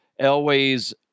Elway's